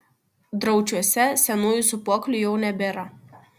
draučiuose senųjų sūpuoklių jau nebėra